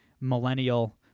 millennial